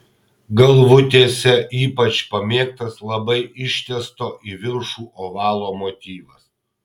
galvutėse ypač pamėgtas labai ištęsto į viršų ovalo motyvas